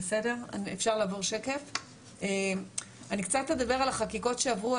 אני קצת אדבר על החקיקות שעברו.